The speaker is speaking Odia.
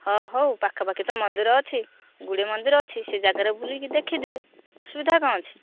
ହ ହଉ ପାଖାପାଖି ତ ମନ୍ଦିର ଅଛି ଗୁଡ଼ିଏ ମନ୍ଦିର ଅଛି ସେ ଜାଗା ରେ ବୁଲି ଦେଖିଦେ ଅସୁବିଧା କ'ଣ ଅଛି